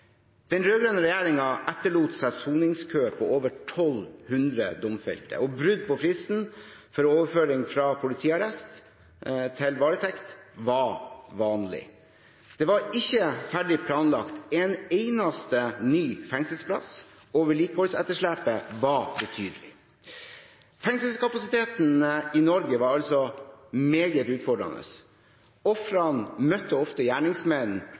Den rød-grønne regjeringen etterlot seg en soningskø på over 1 200 domfelte, og brudd på fristen for overføring fra politiarrest til varetekt var vanlig. Det var ikke ferdig planlagt en eneste ny fengselsplass, og vedlikeholdsetterslepet var betydelig. Fengselskapasiteten i Norge var altså meget utfordrende. Ofrene møtte ofte gjerningsmenn